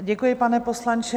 Děkuji, pane poslanče.